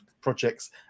projects